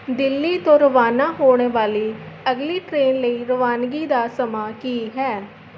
ਦਿੱਲੀ ਤੋਂ ਰਵਾਨਾ ਹੋਣ ਵਾਲੀ ਅਗਲੀ ਟਰੇਨ ਲਈ ਰਵਾਨਗੀ ਦਾ ਸਮਾਂ ਕੀ ਹੈ